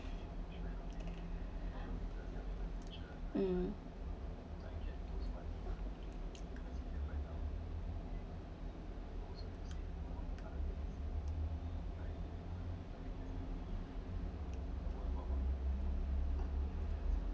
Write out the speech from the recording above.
um